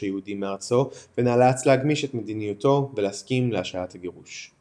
היהודים מארצו ונאלץ להגמיש את מדיניותו ולהסכים להשעיית הגירוש.